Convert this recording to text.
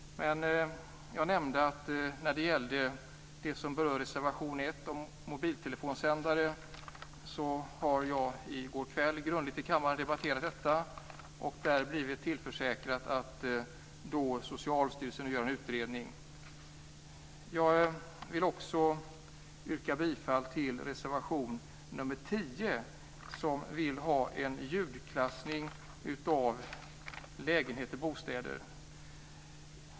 Men som jag nämnde debatterade jag grundligt i går kväll mobiltelefonsändare, som berörs i reservation 1. Jag blev då tillförsäkrad att Jag vill också yrka bifall till reservation nr 10, som vill ha en ljudklassning av lägenheter, bostäder.